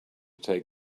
take